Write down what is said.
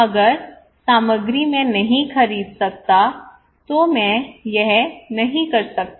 अगर सामग्री मैं नहीं खरीद सकता मैं यह नहीं कर सकता